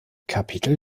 kapitel